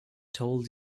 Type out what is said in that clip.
told